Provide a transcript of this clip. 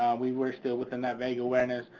we were still within that vague awareness,